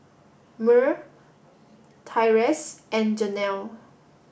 Myrl Tyrese and Janell